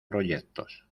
proyectos